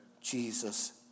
Jesus